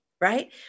right